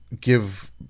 give